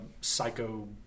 psycho